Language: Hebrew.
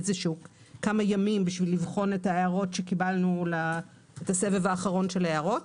כמה ימים לבחון את ההערות שקיבלנו בסבב האחרון של ההערות.